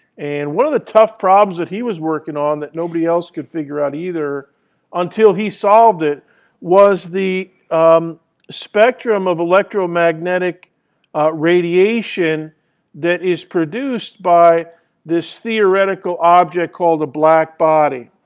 and one of the tough problems that he was working on that nobody else could figure out either until he solved it was the spectrum of electromagnetic radiation that is produced by this theoretical object called a blackbody.